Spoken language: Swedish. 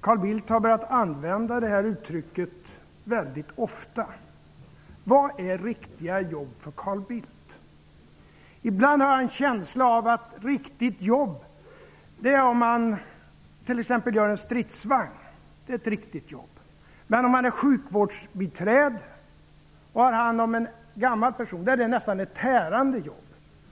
Carl Bildt har börjat använda det uttrycket mycket ofta. Vad är riktiga jobb för Carl Bildt? Ibland har jag en känsla av att det avses att man har ett riktigt jobb om man t.ex. tillverkar en stridsvagn. Det är ett riktigt jobb. Men om man är sjukvårdsbiträde och har hand om gamla människor anses det nästan vara ett tärande jobb.